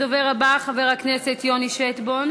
הדובר הבא, חבר הכנסת יוני שטבון,